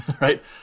right